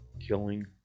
killing